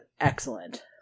excellent